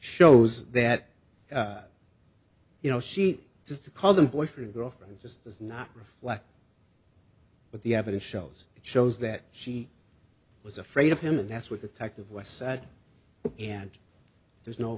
shows that you know she just called them boyfriend girlfriend just does not reflect what the evidence shows it shows that she was afraid of him and that's what the text of what's said and there's no